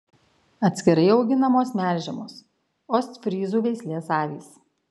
atskirai auginamos melžiamos ostfryzų veislės avys